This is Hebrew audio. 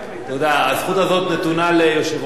הזכות הזאת נתונה ליושב-ראש הישיבה,